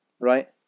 right